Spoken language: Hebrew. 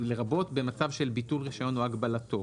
במצב של ביטול רישיון או הגבלתו'.